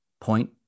Point